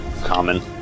common